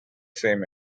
same